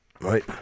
right